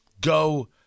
go